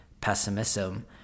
pessimism